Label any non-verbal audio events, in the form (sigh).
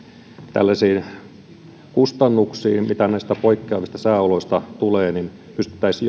tällaisiin kustannuksiin mitä näistä poikkeavista sääoloista tulee pystyttäisiin (unintelligible)